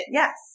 yes